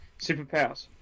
Superpowers